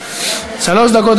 שלוש דקות,